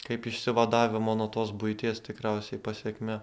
kaip išsivadavimo nuo tos buities tikriausiai pasekmė